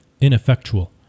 ineffectual